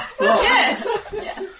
Yes